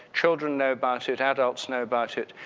children know about it, adults know about it.